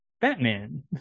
batman